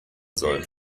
soll